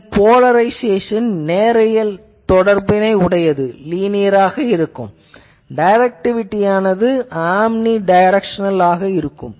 இதன் போலரைசேஷன் நேரியல் தொடர்புடையது டைரக்டிவிட்டியானது ஆம்னிடைரெக்சனல் ஆகும்